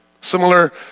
Similar